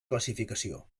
classificació